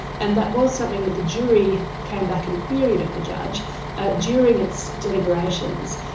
and that was something that the jury came back and queried of the judge ah during its deliberations.